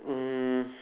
um